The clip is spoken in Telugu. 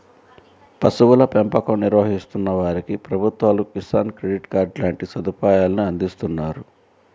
పశువుల పెంపకం నిర్వహిస్తున్న వారికి ప్రభుత్వాలు కిసాన్ క్రెడిట్ కార్డు లాంటి సదుపాయాలను అందిస్తున్నారు